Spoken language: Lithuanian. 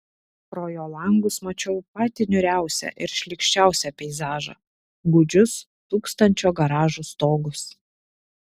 pro jo langus mačiau patį niūriausią ir šlykščiausią peizažą gūdžius tūkstančio garažų stogus